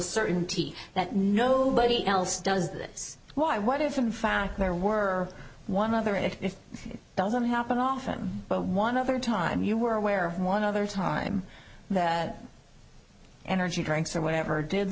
certainty that nobody else does this why what if in fact there were one other it doesn't happen often but one other time you were aware of one other time that energy drinks or whatever did